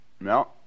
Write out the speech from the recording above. No